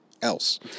else